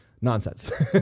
nonsense